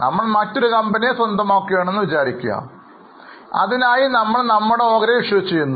നമ്മൾ മറ്റൊരു കമ്പനിയെ സ്വന്തമാക്കുകയാണ് എന്ന് കരുതുക അതിനായി നമ്മൾ നമ്മുടെ ഓഹരികൾ ഇഷ്യൂ ചെയ്യുന്നു